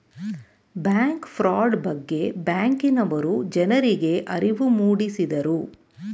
bank fraud ಬಗ್ಗೆ ಬ್ಯಾಂಕಿನವರು ಜನರಿಗೆ ಅರಿವು ಮೂಡಿಸಿದರು